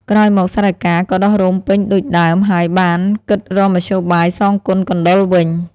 ក្រោយមកសារិកា ក៏ដុះរោមពេញដូច ដើម ហើយបានគិតរកមធ្យោបាយសងគុណកណ្ដុរវិញ។